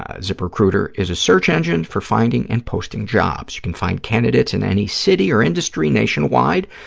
ah ziprecruiter is a search engine for finding and posting jobs. you can find candidates in any city or industry nationwide.